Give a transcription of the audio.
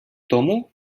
тому